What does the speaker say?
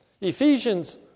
Ephesians